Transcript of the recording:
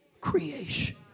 creation